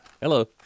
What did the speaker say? Hello